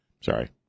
Sorry